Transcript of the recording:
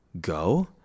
go